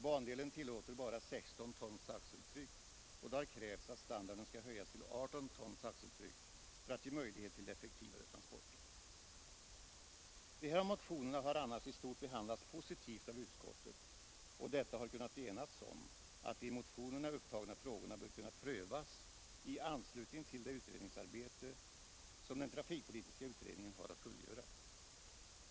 Bandelen tillåter bara 16 tons axeltryck, och det har krävts att standarden skall höjas till 18 tons axeltryck för att ge möjlighet till effektivare transporter. De här motionerna har annars i stort behandlats positivt av utskottet, och utskottet har kunnat enas om att de i motionerna upptagna frågorna bör kunna prövas i anslutning till det utredningsarbete som den trafikpolitiska utredningen har att fullgöra.